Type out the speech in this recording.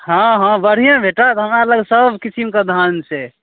हँ हँ बढ़िए भेटत हमरालग सब किसिमके धान छै